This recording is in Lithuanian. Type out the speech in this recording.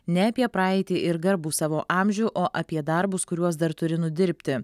ne apie praeitį ir garbų savo amžių o apie darbus kuriuos dar turi nudirbti